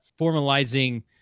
formalizing